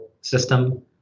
system